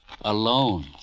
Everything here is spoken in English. Alone